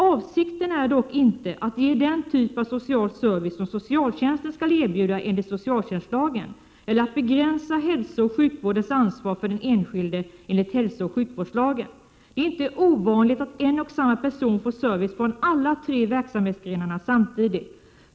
Avsikten är dock inte att ge den typ av social service som socialtjänsten skall erbjuda enligt socialtjänstlagen eller att begränsa hälsooch sjukvårdens ansvar för den enskilde enligt hälsooch sjukvårdslagen. Det är inte ovanligt att en och samma person får service från alla tre verksamhetsgrenarna samtidigt.